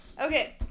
okay